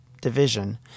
division